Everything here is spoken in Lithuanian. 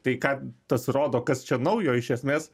tai ką tas rodo kas čia naujo iš esmės